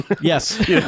Yes